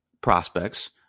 prospects